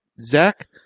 Zach